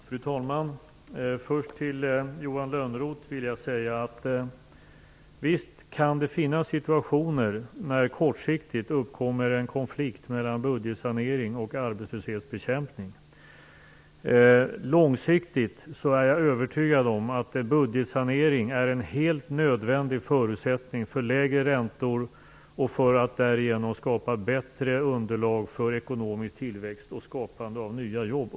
Fru talman! Jag vill först till Johan Lönnroth säga att det visst kan finnas situationer när det kortsiktigt uppkommer en konflikt mellan budgetsanering och arbetslöshetsbekämpning. Långsiktigt är jag övertygad om att en budgetsanering är en helt nödvändig förutsättning för lägre räntor som därmed åstadkommer bättre underlag för ekonomisk tillväxt och för skapandet av nya jobb.